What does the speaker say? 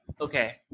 Okay